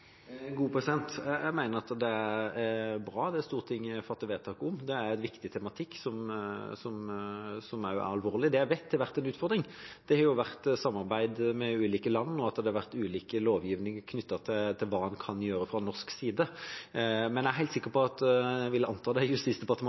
bra. Det er en viktig tematikk som også er alvorlig. Det jeg vet har vært en utfordring, har vært samarbeidet med ulike land og at det har vært ulik lovgivning knyttet til hva en kan gjøre fra norsk side. Men jeg er helt sikker på at Justisdepartementet – jeg antar at det er de som skal følge opp den saken – vil gjennomføre dette på vanlig måte med utredning og høring og komme tilbake til Stortinget. Det